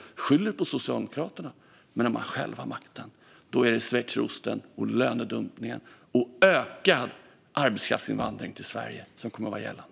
De skyller på Socialdemokraterna, men de har själva makten. Då är det alltså schweizerosten, lönedumpningen och en ökad arbetskraftsinvandring till Sverige som kommer att vara gällande?